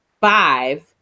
five